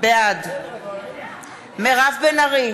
בעד מירב בן ארי,